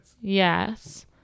yes